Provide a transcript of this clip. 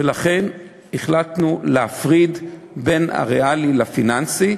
ולכן החלטנו להפריד בין הריאלי לפיננסי.